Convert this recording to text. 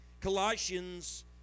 Colossians